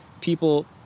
people